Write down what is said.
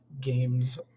games